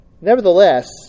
Nevertheless